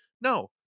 No